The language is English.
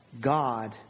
God